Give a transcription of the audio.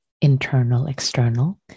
internal-external